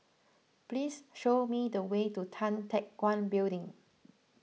please show me the way to Tan Teck Guan Building